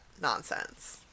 nonsense